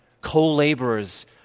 Co-laborers